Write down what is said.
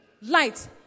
light